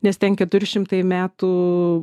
nes ten keturi šimtai metų